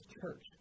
church